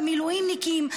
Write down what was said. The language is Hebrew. המילואימניקים,